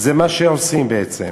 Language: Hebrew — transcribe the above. זה מה שעושים בעצם.